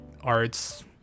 arts